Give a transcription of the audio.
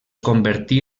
convertí